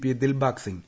P Dilbag Singh